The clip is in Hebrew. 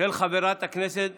של חברת הכנסת